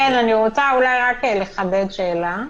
כן, אני רוצה אולי רק לחדד שאלה.